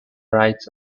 rights